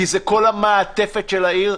כי זה כל המעטפת של העיר.